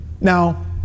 Now